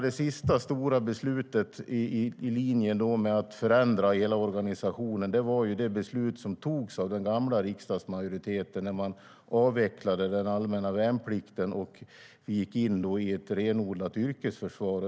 Det sista stora beslutet i linje med att förändra hela organisationen var det beslut som togs av den gamla riksdagsmajoriteten när man avvecklade den allmänna värnplikten och gick in i ett renodlat yrkesförsvar.